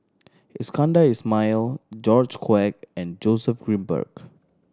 Iskandar Ismail George Quek and Joseph Grimberg